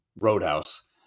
roadhouse